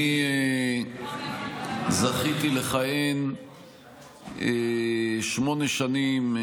אני זכיתי לכהן שמונה שנים,